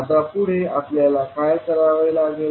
आता पुढे आपल्याला काय करावे लागेल